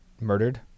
murdered